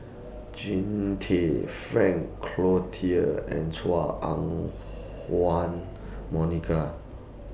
Jean Tay Frank Cloutier and Chua Monica